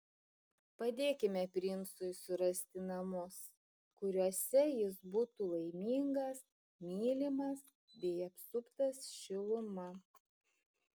padėkime princui surasti namus kuriuose jis būtų laimingas mylimas bei apsuptas šiluma